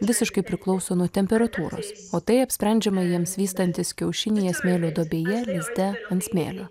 visiškai priklauso nuo temperatūros o tai apsprendžiama jiems vystantis kiaušinyje smėlio duobėje lizde ant smėlio